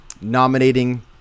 nominating